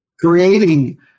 creating